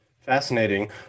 Fascinating